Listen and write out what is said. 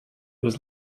was